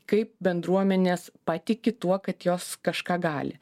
kaip bendruomenės patiki tuo kad jos kažką gali